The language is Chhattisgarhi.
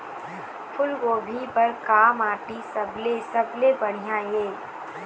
फूलगोभी बर का माटी सबले सबले बढ़िया ये?